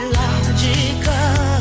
logical